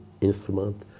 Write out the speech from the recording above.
instrument